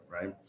right